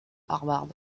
harvard